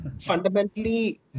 fundamentally